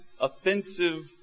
offensive